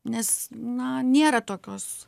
nes na nėra tokios